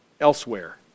elsewhere